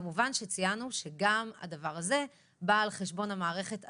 כמובן שציינו שגם הדבר הזה בא על חשבון המערכת הציבורית,